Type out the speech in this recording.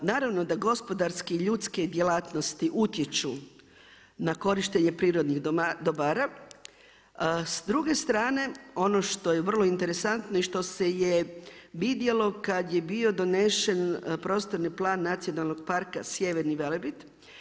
E sad, naravno da gospodarske i ljudske djelatnosti utječu na korištenje primarnih dobara, s druge strane ono što je vrlo interesantno i što se je vidjelo kada je bio donesen prostorni plan nacionalnog parka Sjeverni Velebit.